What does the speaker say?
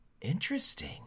interesting